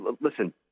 Listen